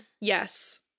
Yes